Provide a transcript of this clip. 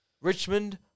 Richmond